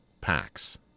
packs